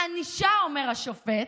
הענישה, אומר השופט,